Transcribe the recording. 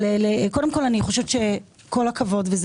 אבל קודם כל אני חושבת שכל הכבוד וזה